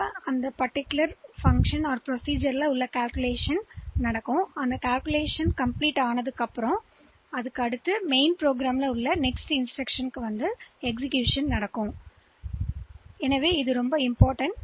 மற்றும் செயல்முறை இந்த பகுதியில் கணக்கீடு செய்வேன் அதாவது ஒருமுறை கணக்கீடுவிட்டது முடிந்துகட்டுப்பாடு பின் இந்த எதிர்கொள்ளும் விதத்தில் திட்டத்திற்கு அடுத்த இன்ஸ்டிரக்ஷன்இதுஎங்கே அழைக்கப்பட்டது இருந்துபோகலாம்